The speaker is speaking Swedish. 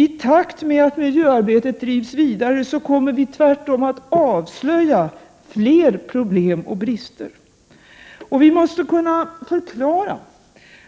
I takt med att miljöarbetet drivs vidare kommer vi tvärtom att avslöja fler problem och brister. Vi måste kunna förklara